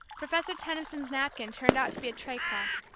professor tenison's napkin turned out to be a traycloth.